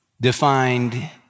defined